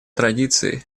традиции